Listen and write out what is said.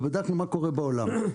ובדקנו מה קורה בעולם.